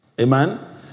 Amen